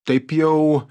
taip jau